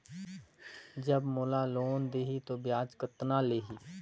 जब मोला लोन देही तो ब्याज कतना लेही?